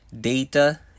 Data